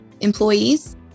employees